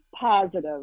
positive